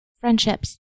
friendships